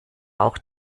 auch